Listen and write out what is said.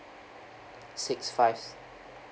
six five